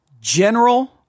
General